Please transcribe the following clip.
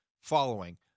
following